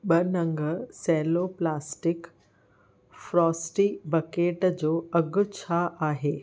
ॿ नंग सेलो प्लास्टिक फ्रॉस्टी बकेट जो अघु छा आहे